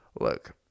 look